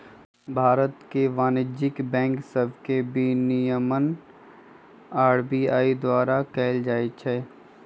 भारत में वाणिज्यिक बैंक सभके विनियमन आर.बी.आई द्वारा कएल जाइ छइ